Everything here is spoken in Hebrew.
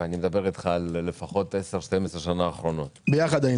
ואני מדבר איתך על לפחות 12-10 השנים האחרונות --- היינו ביחד,